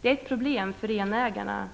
Det är ett problem för renägarna,